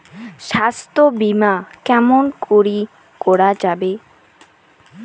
স্বাস্থ্য বিমা কেমন করি করা যাবে?